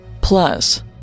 Plus